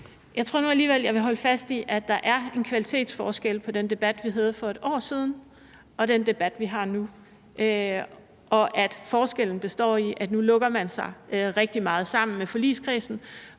Jeg tror nu alligevel, at jeg vil holde fast i, at der er en kvalitetsforskel på den debat, vi havde for et år siden, og den debat, vi har nu, og at forskellen består i, at nu lukker man sig rigtig meget sammen med forligskredsen,